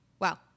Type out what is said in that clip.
Wow